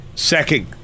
second